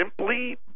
simply